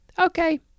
okay